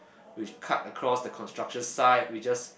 we cut across the construction site we just